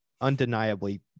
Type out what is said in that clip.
undeniably